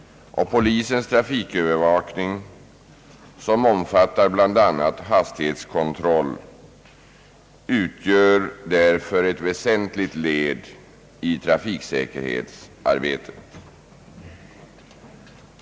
Polisens trafikövervakning, som omfattar bl.a. hastighetskontroll, utgör därför ett väsentligt led i trafiksäkerhetsarbetet.